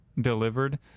delivered